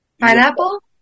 Pineapple